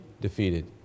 defeated